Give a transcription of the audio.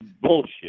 Bullshit